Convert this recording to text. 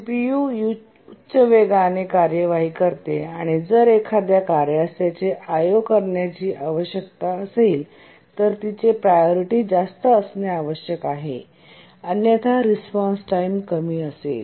CPU उच्च वेगाने कार्यवाही करते आणि जर एखाद्या कार्यास त्याचे I O करण्याची आवश्यकता असेल तर तिचे प्रायोरिटी जास्त असणे आवश्यक आहे अन्यथा रिस्पॉन्स टाइम कमी असेल